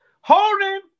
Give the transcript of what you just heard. holding